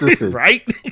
right